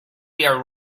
their